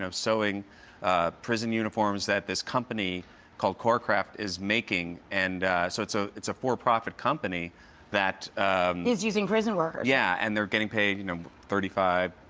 um sewing prison uniforms that this company called corecraft is making and so so it's a for profit company that is using prison workers yeah and they're getting paid you know thirty five,